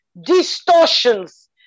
distortions